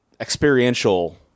experiential